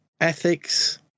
ethics